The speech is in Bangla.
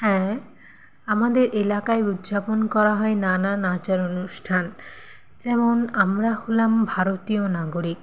হ্যাঁ আমাদের এলাকায় উদযাপন করা হয় নানা নাচের অনুষ্ঠান যেমন আমরা হলাম ভারতীয় নাগরিক